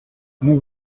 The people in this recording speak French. nous